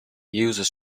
users